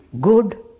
Good